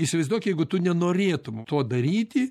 įsivaizduok jeigu tu nenorėtum to daryti